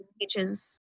teaches